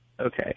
Okay